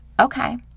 okay